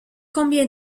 combien